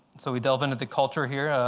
so we delve into the culture here,